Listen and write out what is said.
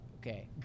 Okay